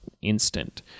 Instant